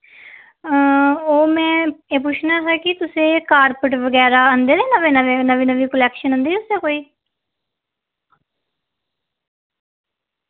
ओ में एह् पुच्छना हा कि तुस एह् कारपेट बगैरा आह्नदे दे नमें नमें नमें नमीं क्लैक्शन आह्नदी दी तुसें कोई